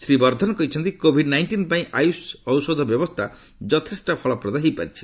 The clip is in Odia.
ଶ୍ରୀ ବର୍ଦ୍ଧନ କହିଛନ୍ତି କୋଭିଡ୍ ନାଇଷ୍ଟିନ୍ ପାଇଁ ଆୟୁଷ ଔଷଧ ବ୍ୟବସ୍ଥା ଯଥେଷ୍ଟ ଫଳପ୍ରଦ ହୋଇପାରିଛି